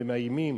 ומאיימים